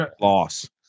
loss